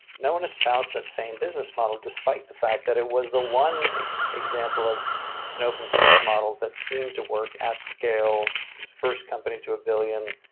no one espoused that same business model despite the fact that it was the one example of an open-source model that seemed to work at scale first company to a billion.